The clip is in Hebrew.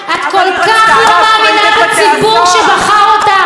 את כל כך לא מאמינה בציבור שבחר אותך.